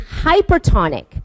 hypertonic